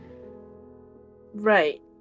Right